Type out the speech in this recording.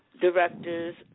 directors